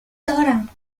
دارم